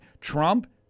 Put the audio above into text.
Trump